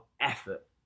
effort